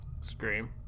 Scream